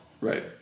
Right